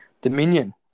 Dominion